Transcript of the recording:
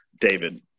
David